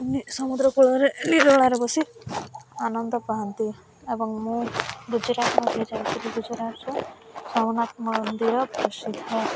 ସମୁଦ୍ର କୂଳରେ ନିରୋଳାରେ ବସି ଆନନ୍ଦ ପାଆନ୍ତି ଏବଂ ମୁଁ ଗୁଜୁରାଟ ମଧ୍ୟ ଯାଇଥିଲି ଗୁଜୁରାଟର ଜଗନ୍ନାଥ ମନ୍ଦିର ପ୍ରସିଦ୍ଧ